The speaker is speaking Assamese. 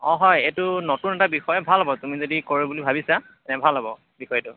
অঁ হয় এইটো নতুন এটা বিষয় ভাল হ'ব তুমি যদি কৰোঁ বুলি ভাবিছা এই ভাল হ'ব বিষয়টো